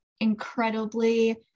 incredibly